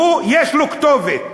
יש לו כתובת,